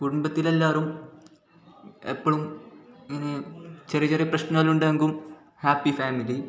എപ്പോഴും ഇങ്ങനേ ചെറിയ ചെറിയ പ്രശ്നമെല്ലാം ഉണ്ടാങ്കു ഹാപ്പി ഫാമിലി